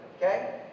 okay